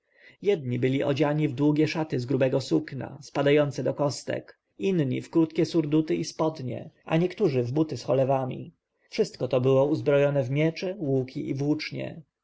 jedni byli odziani w długie szaty z grubego sukna spadające do kostek inni w krótkie surduty i spodnie a niektórzy w buty z cholewami wszystko to było uzbrojone w miecze łuki i włócznie